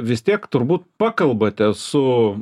vis tiek turbū pakalbate su